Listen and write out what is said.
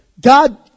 God